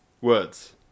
Words